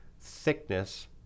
thickness